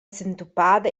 sentupada